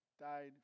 died